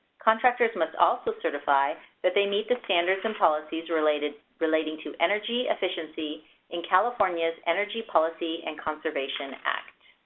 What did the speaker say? contractors must also certify that they meet the standards and policies relating relating to energy efficiency in california's energy policy and conservation act.